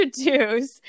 introduce